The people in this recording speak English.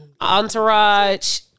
Entourage